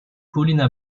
paulina